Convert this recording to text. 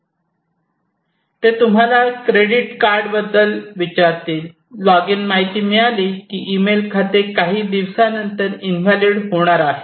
ते तुम्हाला credit card माहितीबद्दल विचारतील लॉगिन माहिती मिळाली की ईमेल खाते काही दिवसांनंतर इनव्हॅलिड होणार आहे